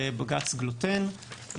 בג"ץ גלוטן,